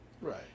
Right